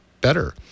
better